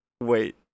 wait